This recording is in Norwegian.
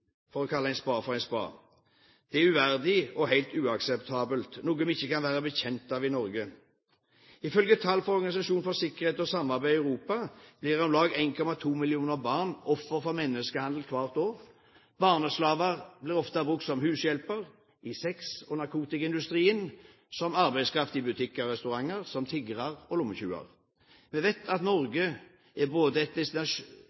for å kalle en spade for en spade. Dette er uverdig og helt uakseptabelt, noe vi ikke kan være bekjent av i Norge. Ifølge tall fra Organisasjonen for sikkerhet og samarbeid i Europa blir om lag 1,2 millioner barn ofre for menneskehandel hvert år. Barneslaver blir ofte brukt som hushjelper, i sex- og narkotikaindustrien, som arbeidskraft i butikker og restauranter, som tiggere og lommetyver. Vi vet at